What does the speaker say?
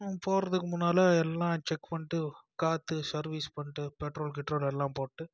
போகிறதுக்கு முன்னால் எல்லாம் செக் பண்ணிட்டு காற்று சர்வீஸ் பண்ணிட்டு பெட்ரோல் கிட்ரோல் எல்லாம் போட்டு